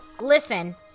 Listen